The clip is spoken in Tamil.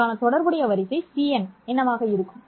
இதற்கான தொடர்புடைய வரிசை cn என்னவாக இருக்கும்